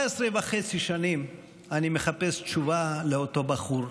17.5 שנים אני מחפש תשובה לאותו בחור,